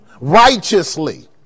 righteously